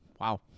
Wow